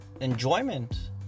enjoyment